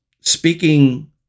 speaking